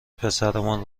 پسرمان